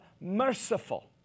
merciful